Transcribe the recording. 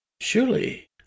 Surely